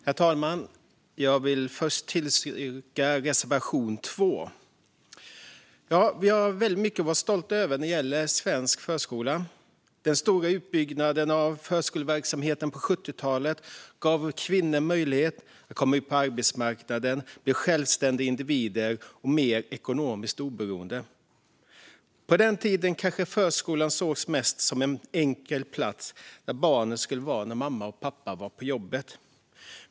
Herr talman! Jag yrkar bifall till reservation 2. Vi har mycket att vara stolta över när det gäller svensk förskola. Den stora utbyggnaden av förskoleverksamheten på 70-talet gav kvinnor möjlighet att komma in på arbetsmarknaden och bli självständiga, mer ekonomiskt oberoende individer. På den tiden sågs förskolan kanske mest som en plats där barnen skulle vara när mamma och pappa var på jobbet.